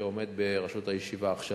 שעומד בראשות הישיבה עכשיו.